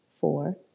Four